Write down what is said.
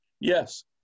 Yes